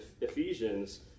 Ephesians